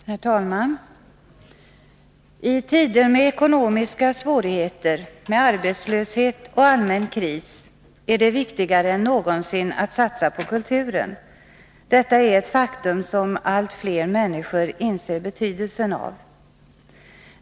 Herr talman! I tider med ekonomiska svårigheter, med arbetslöshet och allmän kris, är det viktigare än någonsin att satsa på kulturen. Detta är ett faktum som allt fler människor inser betydelsen av.